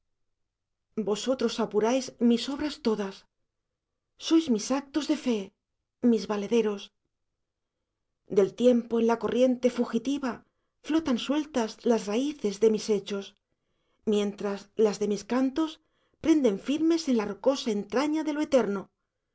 vosotros apuráis mis obras todas sóis mis actos de fe mis valederos del tiempo en la corriente fugitiva flotan sueltas las raíces de mis hechos mientras las de mis cantos prenden firmes en la rocosa entraña de lo eterno